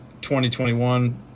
2021